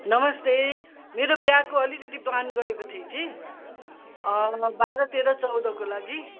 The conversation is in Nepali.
नमस्ते मेरो विवाहको अलिकति प्लान गरेको थिएँ कि बाह्र तेह्र चौधको लागि